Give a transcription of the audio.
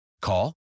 Call